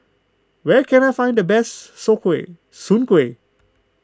where can I find the best Soon Kway Soon Kway